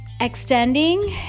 extending